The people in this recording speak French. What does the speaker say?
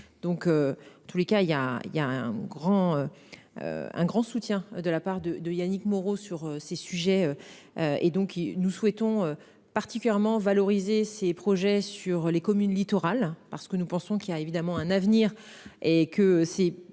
donc tous les cas il y a il y a un grand. Un grand soutien de la part de de Yannick Moreau sur ces sujets. Et donc ils nous souhaitons particulièrement valoriser ses projets sur les communes littorales parce que nous pensons qu'il y a évidemment un avenir et que c'est